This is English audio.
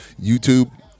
youtube